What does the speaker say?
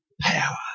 power